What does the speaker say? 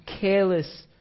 careless